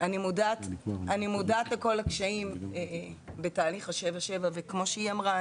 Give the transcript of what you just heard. אני מודעת לכל הקשיים בתהליך ה-77 וכמו שהיא אמרה,